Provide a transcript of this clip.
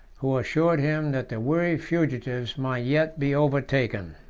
who assured him that the weary fugitives might yet be overtaken.